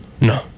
No